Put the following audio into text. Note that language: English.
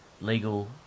legal